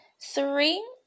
three